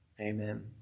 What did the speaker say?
Amen